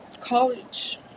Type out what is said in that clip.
college